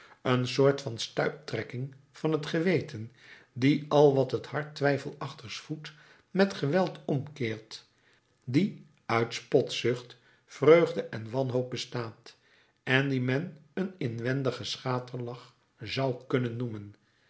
een soort van stuiptrekking van het geweten die al wat het hart twijfelachtigs voedt met geweld omkeert die uit spotzucht vreugde en wanhoop bestaat en die men een inwendigen schaterlach zou kunnen noemen